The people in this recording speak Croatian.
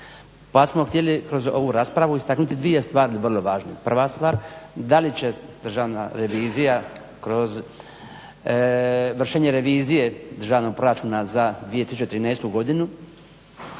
pa smo htjeli kroz ovu raspravu istaknuti dvije stvari vrlo važne. Prva stvar, da li će Državna revizije kroz vršenje revizije Državnog proračuna za 2013.godinu